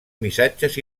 missatges